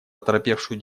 оторопевшую